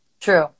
True